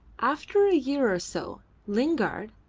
after a year or so lingard,